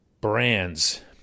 brands